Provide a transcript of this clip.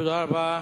תודה רבה.